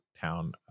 town